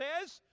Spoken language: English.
says